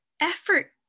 effort